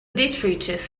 detritus